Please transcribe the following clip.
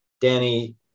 Danny